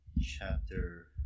chapter